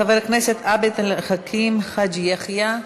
חבר הכנסת עבד אל חכים חאג' יחיא,